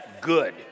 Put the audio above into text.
good